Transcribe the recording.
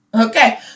Okay